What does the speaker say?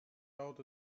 out